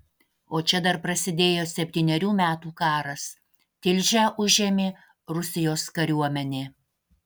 o čia dar prasidėjo septynerių metų karas tilžę užėmė rusijos kariuomenė